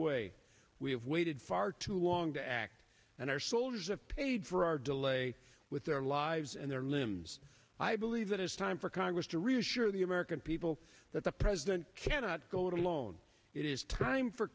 way we have waited far too long to act and our soldiers have paid for our delay with their lives and their limbs i believe it is time for congress to reassure the american people that the president cannot go it alone it is time for